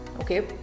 Okay